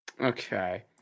Okay